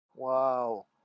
Wow